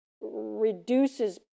reduces